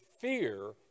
fear